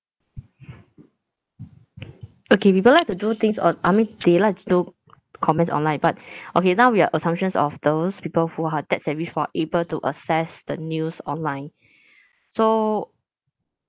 okay people like to do things on I mean they like to do comments online but okay now we are assumptions of those people who are tech-savvy who are able to access the news online so